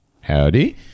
howdy